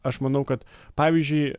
aš manau kad pavyzdžiui